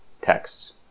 texts